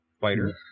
fighter